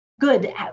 good